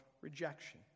rejection